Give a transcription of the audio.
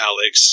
Alex